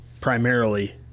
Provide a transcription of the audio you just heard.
primarily